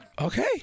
Okay